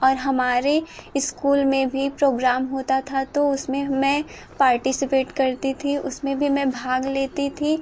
और हमारे इस्कूल में भी प्रोग्राम होता था तो उसमें मैं पार्टिसिपेट करती थी उसमें भी मैं भाग लेती थी